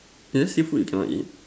and then seafood you cannot eat